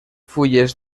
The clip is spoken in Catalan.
fulles